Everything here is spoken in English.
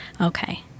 Okay